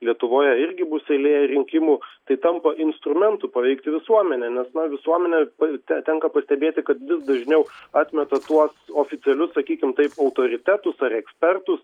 lietuvoje irgi bus eilė rinkimų tai tampa instrumentu paveikti visuomenę nes na visuomenė te tenka pastebėti kad vis dažniau atmeta tuos oficialius sakykim taip autoritetus ar ekspertus